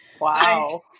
Wow